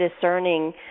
discerning